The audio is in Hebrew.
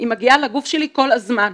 היא מגיעה לגוף שלי כל הזמן.